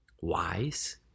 wise